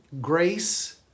grace